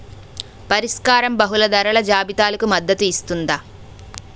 పరిష్కారం బహుళ ధరల జాబితాలకు మద్దతు ఇస్తుందా?